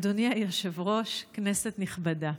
אדוני היושב-ראש, כנסת נכבדה,